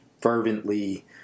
fervently